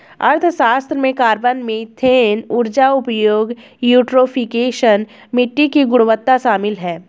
अर्थशास्त्र में carbon, methane ऊर्जा उपयोग, यूट्रोफिकेशन, मिट्टी की गुणवत्ता शामिल है